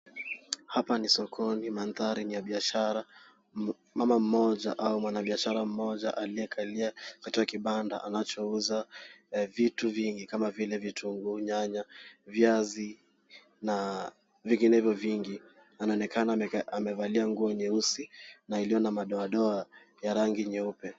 Hapa ni sokoni. Mandhari ni ya biashara. Mama mmoja au mwanabiashara mmoja aliyekalia katika kibanda anachouza vitu vingi kama vile vitunguu, nyanya, viazi na vinginevyo vingi anaonekana amevalia nguo nyeusi na iliyo na madoadoa ya rangi nyeupe.